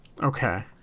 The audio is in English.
Okay